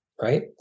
right